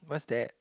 what's that